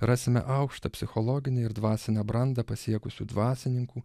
rasime aukštą psichologinę ir dvasinę brandą pasiekusių dvasininkų